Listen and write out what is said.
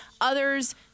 others